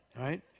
right